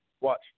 Watch